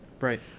Right